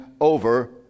over